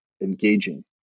engaging